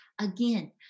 again